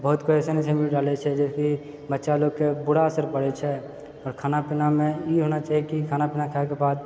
बहुत कोइ अइसन वीडियो डालै छै जाहिसँ कि बच्चा लोगके बुरा असर पड़ै छै आओर खानापीनामे ई होना चाही कि खानापीना खेलाके बाद